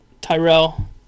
Tyrell